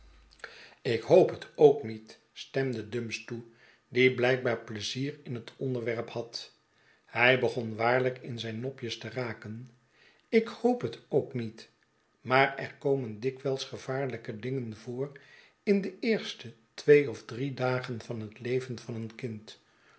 ik hoop het ook met stemde dumps toe die blijkbaar pleizier in het onderwerp had hij begon waarlijk in zijn nopjes t e raken ik hoop het ook niet maar er komen dikwijlsgevaarlijke dingen voor in de eerste twee of drie dagen van het ieven van een kind